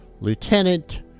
Lieutenant